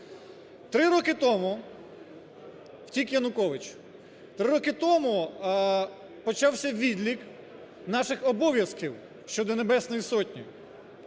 три роки тому почався відлік наших обов'язків щодо Небесної Сотні.